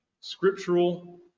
scriptural